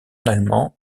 allemand